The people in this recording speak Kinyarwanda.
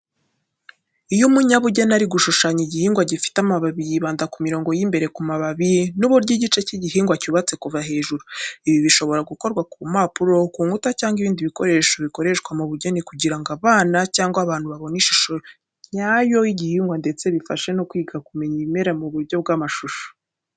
Iyo umunyabugeni ari gushushanya igihingwa gifite amababi yibanda ku mirongo y'imbere ku mababi, n'uburyo igice cy'igihingwa cyubatse kuva hejuru. Ibi bishobora gukorwa ku mpapuro, ku nkuta, cyangwa ku bindi bikoresho bikoreshwa mu bugeni kugira ngo abana cyangwa abantu babone ishusho nyayo y'igihingwa ndetse bifashe mu kwiga no kumenya ibimera mu buryo bw'amashusho.